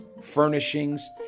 furnishings